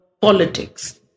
politics